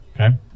Okay